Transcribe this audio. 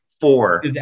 four